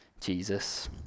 Jesus